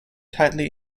tightly